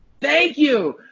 thank you.